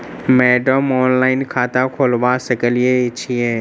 Madam online खाता खोलबा सकलिये छीयै?